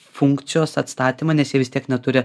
funkcijos atstatymą nes jie vis tiek neturi